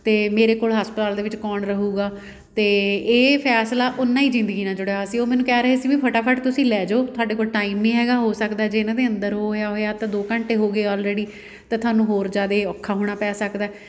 ਅਤੇ ਮੇਰੇ ਕੋਲ ਹਸਪਤਾਲ ਦੇ ਵਿੱਚ ਕੌਣ ਰਹੇਗਾ ਅਤੇ ਇਹ ਫੈਸਲਾ ਓਨਾ ਹੀ ਜ਼ਿੰਦਗੀ ਨਾਲ ਜੁੜਿਆ ਹੋਇਆ ਸੀ ਉਹ ਮੈਨੂੰ ਕਹਿ ਰਹੇ ਸੀ ਵੀ ਫਟਾਫਟ ਤੁਸੀਂ ਲੈ ਜਾਓ ਤੁਹਾਡੇ ਕੋਲ ਟਾਈਮ ਨਹੀਂ ਹੈਗਾ ਹੋ ਸਕਦਾ ਜੇ ਇਹਨਾਂ ਦੇ ਅੰਦਰ ਉਹ ਹੋਇਆ ਹੋਇਆ ਤਾਂ ਦੋ ਘੰਟੇ ਹੋ ਗਏ ਆਲਰੇਡੀ ਤਾਂ ਤੁਹਾਨੂੰ ਹੋਰ ਜ਼ਿਆਦਾ ਔਖਾ ਹੋਣਾ ਪੈ ਸਕਦਾ